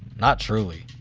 not truly.